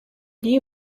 new